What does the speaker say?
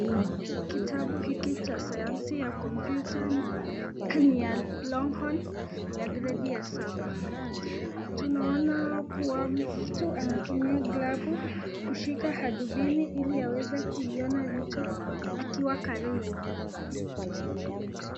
Kitabu hiki cha sayansi ya kompyuta ni ya Longhorn ya gredi ya saba. Tunaoana kuwa mtu anatumia glavu kushika hadubini ili aweze kuona vitu akiwa karibu.